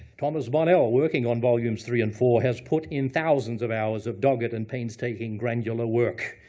thomas bonnell, working on volumes three and four, has put in thousands of hours of dogged and painstaking granular work.